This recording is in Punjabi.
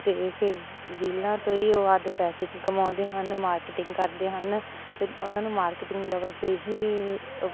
ਅਤੇ ਫਿਰ ਰੀਲਾਂ ਤੋਂ ਹੀ ਉਹ ਆਪਦੇ ਪੈਸੇ ਕਮਾਉਂਦੇ ਹਨ ਮਾਰਕੀਟਿੰਗ ਕਰਦੇ ਹਨ ਅਤੇ ਉਹਨਾਂ ਨੂੰ ਮਾਰਕੀਟਿੰਗ ਦਾ ਬਸ ਇਹੀ